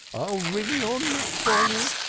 i'll wring your neck for you,